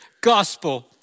gospel